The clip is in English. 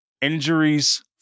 Injuries